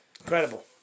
Incredible